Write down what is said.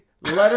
Let